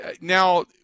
Now